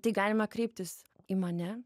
tai galima kreiptis į mane